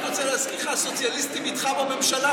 אני רק רוצה להזכיר לך: הסוציאליסטים איתך בממשלה,